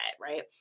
right